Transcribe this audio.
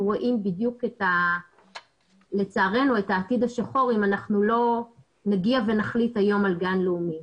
רואים בדיוק את העתיד השחור אם אנחנו לא נגיע ונחליט היום על גן לאומי.